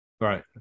Right